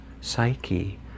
psyche